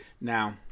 now